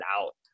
out